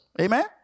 Amen